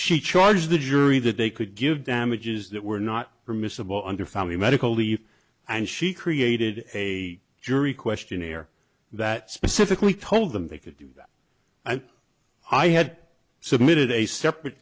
she charged the jury that they could give damages that were not permissible under family medical leave and she created a jury questionnaire that specifically told them they could do that and i had submitted a separate